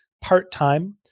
part-time